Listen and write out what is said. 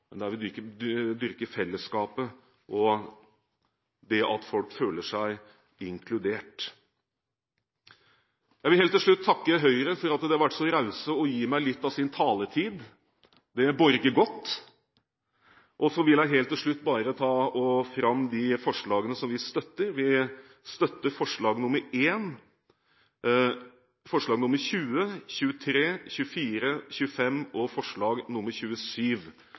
der vi ikke dyrker utenforskapet, men der vi dyrker fellesskapet og det at folk føler seg inkludert. Jeg vil helt til slutt takke Høyre for at de har vært så rause å gi meg litt av sin taletid. Det borger godt! Helt til slutt vil jeg trekke fram de forslagene vi støtter. Vi støtter forslagene nr. 1, nr. 20, nr. 23, nr. 24, nr. 25 og nr. 27,